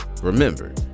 remember